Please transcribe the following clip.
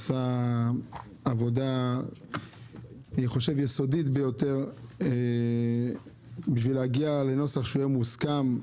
עשה עבודה יסודית ביותר בשביל להגיע לנוסח שיהיה מוסכם.